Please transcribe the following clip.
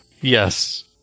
Yes